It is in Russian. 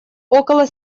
около